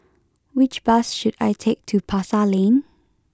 which bus should I take to Pasar Lane